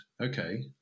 Okay